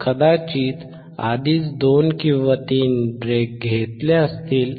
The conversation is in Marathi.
कदाचित आधीच २ किंवा ३ ब्रेक घेतले असतील